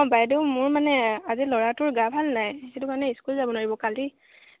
অঁ বাইদেউ মোৰ মানে আজি ল'ৰাটোৰ গা ভাল নাই সেইটো কাৰণে স্কুল যাব নোৱাৰিব কালি